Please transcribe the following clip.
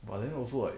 but then also like